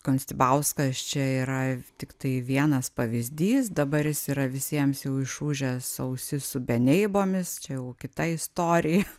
konstibauskas čia yra tiktai vienas pavyzdys dabar jis yra visiems jau išūžęs ausis su beneibomis čia jau kita istorija